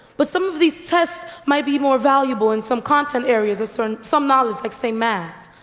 but some of these tests might be more valuable in some content areas, a certain, some knowledge like say math.